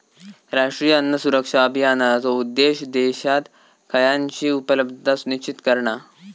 राष्ट्रीय अन्न सुरक्षा अभियानाचो उद्देश्य देशात खयानची उपलब्धता सुनिश्चित करणा